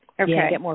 Okay